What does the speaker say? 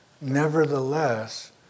nevertheless